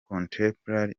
contemporary